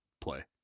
play